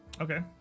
Okay